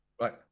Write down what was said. Right